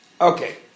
Okay